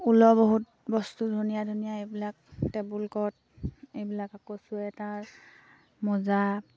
ওলৰ বহুত বস্তু ধুনীয়া ধুনীয়া এইবিলাক টেবুল ক্লথ এইবিলাক আকৌ চুৱেটাৰ মোজা